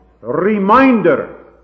reminder